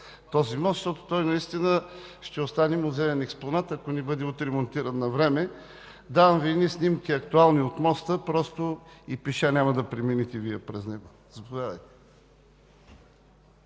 този мост, защото той наистина ще остане музеен експонат, ако не бъде отремонтиран навреме. Давам Ви едни актуални снимки от моста. Вие и пеша няма да преминете през него. Заповядайте.